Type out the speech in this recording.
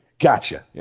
Gotcha